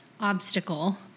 obstacle